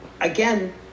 again